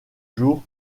jour